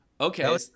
Okay